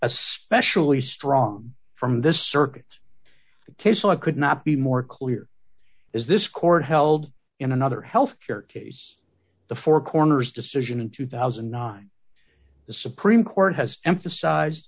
especially strong from this circuit's case so it could not be more clear as this court held in another health care case the four corners decision in two thousand and nine the supreme court has emphasize